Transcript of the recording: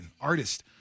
artist